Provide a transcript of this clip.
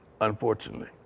unfortunately